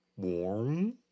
Warm